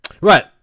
Right